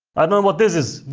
i don't know what this is!